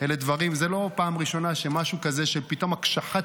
זו לא הפעם הראשונה שפתאום יש הקשחת